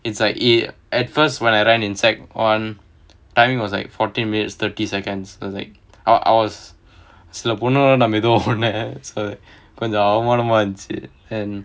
it's like a~ at first when I ran in secondary one timing was like fourteen minutes thirty seconds so it's like I I was சில பொண்ணுங்கள விட மெதுவா ஓடுனேன் கொஞ்சம் அவமானமா இருந்துச்சி:sila ponoongala vida methuvaa oodunaen konjam aavamaanamaa irunthuchi then